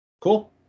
Cool